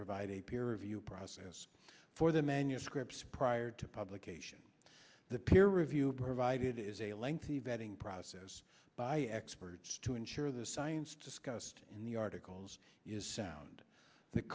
provide a peer review process for the manuscripts prior to publication the peer review provided is a lengthy vetting process by experts to ensure the science discussed in the articles is sound th